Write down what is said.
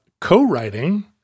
co-writing